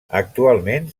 actualment